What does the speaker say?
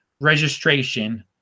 registration